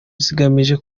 zigamije